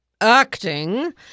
Acting